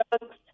Drugs